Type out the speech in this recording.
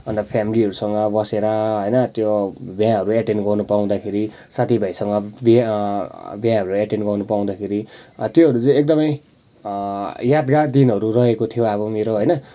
अन्त फ्यामलिहरूसँग बसेर होइन त्यो बिहाहरू एटेन्ड गर्नु पाउँदाखेरि साथीभाइसँग बिहा बिहाहरू एटेन्ड गर्नु पाउँदाखेरि त्योहरू चाहिँ एकदमै यादगार दिनहरू रहेको थियो अब मेरो होइन